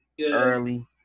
early